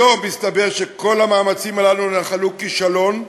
היום מסתבר שכל המאמצים הללו נחלו כישלון,